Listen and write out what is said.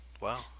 Wow